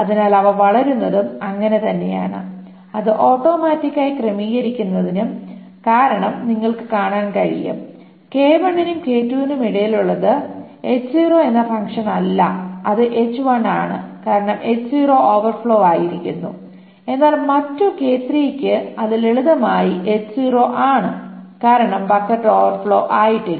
അതിനാൽ അത് വളരുന്നതും അങ്ങനെയാണ് അത് ഓട്ടോമാറ്റിക്കായി ക്രമീകരിക്കുന്നതും കാരണം നിങ്ങൾക് കാണാൻ കഴിയും നും നും ഇടയിലുള്ളത് എന്ന ഫങ്ക്ഷൻ അല്ല അത് ആണ് കാരണം ഓവർഫ്ലോ ആയിരിക്കുന്നു എന്നാൽ മറ്റു യ്ക്ക് അത് ലളിതമായി ആണ് കാരണം ബക്കറ്റ് ഓവർഫ്ലോ ആയിട്ടില്ല